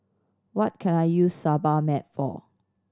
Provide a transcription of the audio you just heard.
what can I use Sebamed for